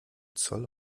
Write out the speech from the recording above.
zoll